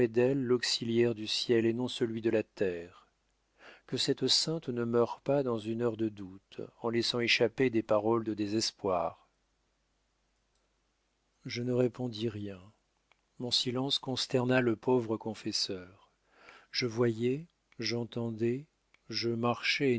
l'auxiliaire du ciel et non celui de la terre que cette sainte ne meure pas dans une heure de doute en laissant échapper des paroles de désespoir je ne répondis rien mon silence consterna le pauvre confesseur je voyais j'entendais je marchais